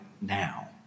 now